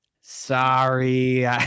Sorry